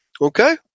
Okay